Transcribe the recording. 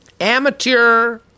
Amateur